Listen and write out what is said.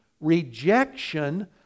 rejection